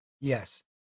Yes